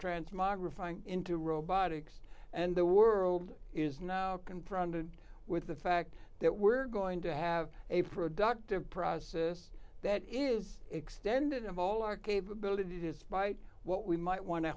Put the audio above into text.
transmogrifying into robotics and the world is now confronted with the fact that we're going to have a productive process that is extended of all our capability despite what we might wan